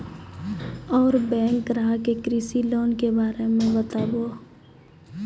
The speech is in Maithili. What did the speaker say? और बैंक ग्राहक के कृषि लोन के बारे मे बातेबे?